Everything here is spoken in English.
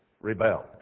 rebelled